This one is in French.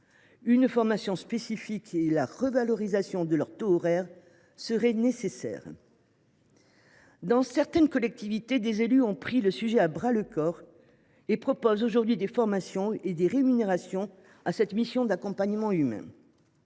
Une formation spécifique et une revalorisation des taux horaires seraient nécessaires. Dans certaines collectivités, des élus ont pris le sujet à bras le corps et proposent aujourd’hui des formations et de meilleures rémunérations pour cette mission d’accompagnement humain.